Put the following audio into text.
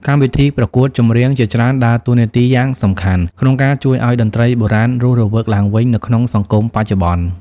កម្មវិធីប្រកួតចម្រៀងជាច្រើនដើរតួនាទីយ៉ាងសំខាន់ក្នុងការជួយឲ្យតន្ត្រីបុរាណរស់រវើកឡើងវិញនៅក្នុងសង្គមបច្ចុប្បន្ន។